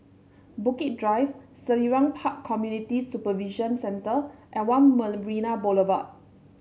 Bukit Drive Selarang Park Community Supervision Centre and One Marina Boulevard